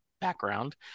background